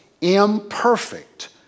imperfect